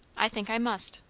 i think i must,